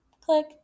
click